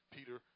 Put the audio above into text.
Peter